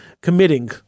committing